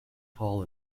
tall